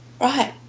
right